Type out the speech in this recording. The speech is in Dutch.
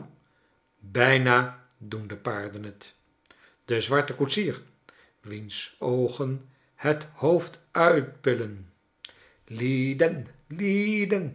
bijna doen de paarden het de zwarte koetsier wiens oogen het hoofd uitpuilen